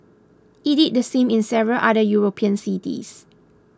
it did the same in several other European cities